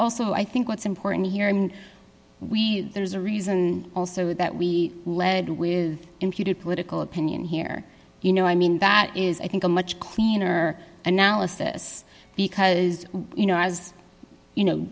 also i think what's important here and we there's a reason also that we lead with imputed political opinion here you know i mean that is i think a much cleaner analysis because you know as you know